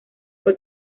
fue